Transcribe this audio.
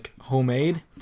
homemade